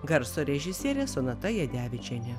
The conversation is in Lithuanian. garso režisierė sonata jadevičienė